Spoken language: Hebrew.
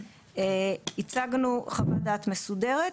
הצגנו חוות דעת מסודרת.